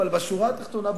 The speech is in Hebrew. אבל בשורה התחתונה,